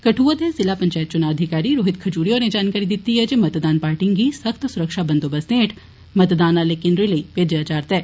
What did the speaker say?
कठुआ दे जिला पंचेत चुना अधिकारी रोहित खजूरिया होरे जानकारी दिती ऐ जे मतदाता पार्टिए गी सख्त सुरक्षा बंदोवस्ते हेठ मतदान आले केन्द्रे लेई भेजेआ जा'रदा ऐ